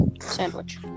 sandwich